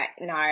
no